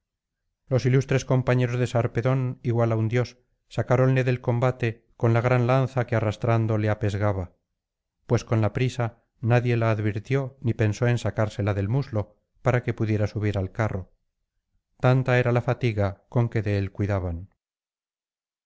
los ilustres compañeros de sarpedón igual á un dios sacáronle del combate con la gran lanza que arrastrando le apesgaba pues con la prisa nadie la advirtió ni pensó en arrancársela del muslo para que pudiera subir al carro tanta era la fatiga con que de él cuidaban